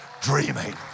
dreaming